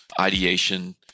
ideation